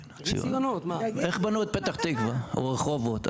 אבל איך בנו את פתח תקווה או רחובות?